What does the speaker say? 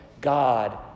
God